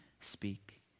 speak